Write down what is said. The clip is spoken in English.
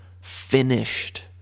finished